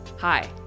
Hi